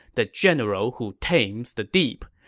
the general who tames the deep,